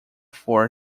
four